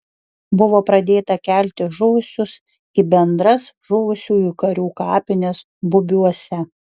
buvo pradėta kelti žuvusius į bendras žuvusiųjų karių kapines bubiuose